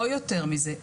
לא יותר מזה,